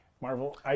Marvel